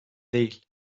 değil